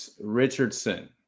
Richardson